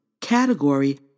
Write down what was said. category